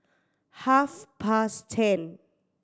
half past ten